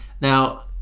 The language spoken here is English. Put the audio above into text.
Now